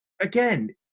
again